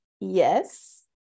yes